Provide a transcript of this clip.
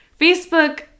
facebook